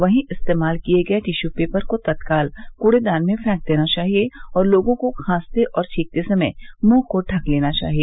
वहीं इस्तेमाल किए गए टिशू पेपर को तत्काल कूड़ेदान में फेंक देना चाहिए और लोगों को खांसते और छींकते समय मुंह को ढक लेना चाहिए